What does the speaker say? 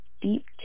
deep